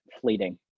fleeting